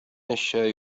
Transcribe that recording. الشاي